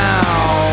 Now